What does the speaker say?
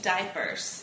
Diapers